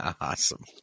Awesome